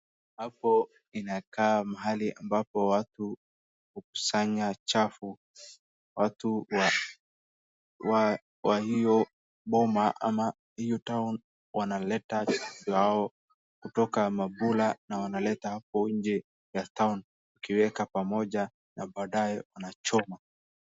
Hapo inakaa mahali ambapo watu hukusanya chafu, watu wa hio boma ama hiyo town wanaleta chafu yao kutoka mabura na wanaleta hapo nje ya town wakiweka pamoja na baadae wanachoma.